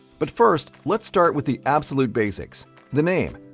but first let's start with the absolute basics the name.